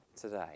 today